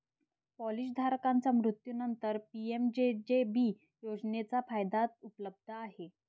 policy धारकाच्या मृत्यूनंतरच PMJJB योजनेचा फायदा उपलब्ध आहे